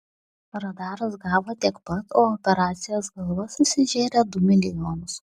radaras gavo tiek pat o operacijos galva susižėrė du milijonus